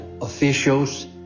officials